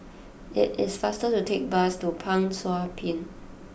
it is faster to take the bus to Pang Sua Pond